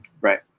right